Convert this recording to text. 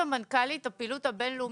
סמנכ"לית הפעילות הבין-לאומית,